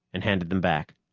and handed them back.